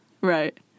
Right